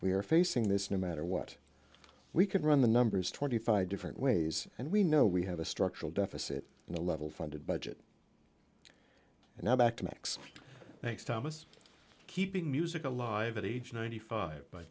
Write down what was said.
we are facing this no matter what we could run the numbers twenty five different ways and we know we have a structural deficit in the level funded budget and now back to max thanks thomas keeping music alive at age ninety five by